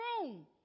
room